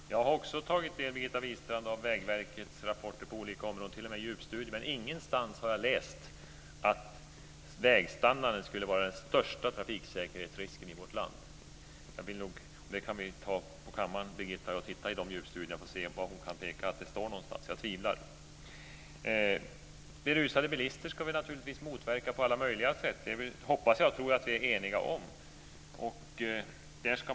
Herr talman! Också jag har tagit del av Vägverkets rapporter på olika områden, t.o.m. av djupstudierna, men jag har ingenstans läst att vägstandarden skulle vara den största trafiksäkerhetsrisken i vårt land. Birgitta Wistrand och jag kan utanför kammaren gå igenom de djupstudierna, och det skulle vara intressant att se om hon kan peka ut att det där står något sådant. Jag tvivlar på det. Berusade bilister ska naturligtvis motverkas på alla möjliga sätt. Jag hoppas och tror att vi är eniga om det.